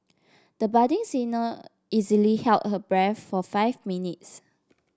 the budding singer easily held her breath for five minutes